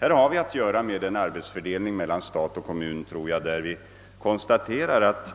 Vi har här att göra med en arbetsfördelning mellan stat och kommun, och vi kan konstatera att